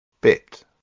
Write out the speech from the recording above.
Bit